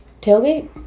Tailgate